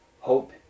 hope